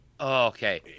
Okay